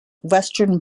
western